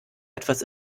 etwas